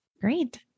Great